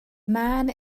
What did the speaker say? man